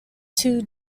two